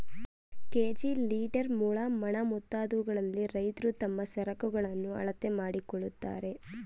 KG, litre, ಮೊಳ, ಮಣ, ಮುಂತಾದವುಗಳಲ್ಲಿ ರೈತ್ರು ತಮ್ಮ ಸರಕುಗಳನ್ನು ಅಳತೆ ಮಾಡಿಕೊಳ್ಳುತ್ತಾರೆ